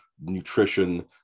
nutrition